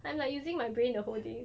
I'm like using my brain the whole day